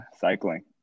cycling